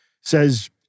says